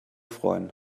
freuen